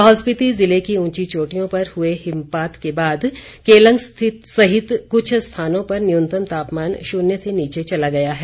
लाहौल स्पिति जिले की उंची चोटियों पर हुए हिमपात के बाद केलंग सहित कुछ स्थानों पर न्युनतम तापमान शुन्य से नीचे चला गया है